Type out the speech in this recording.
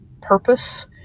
purpose